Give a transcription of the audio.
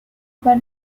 per